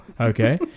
Okay